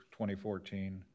2014